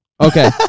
Okay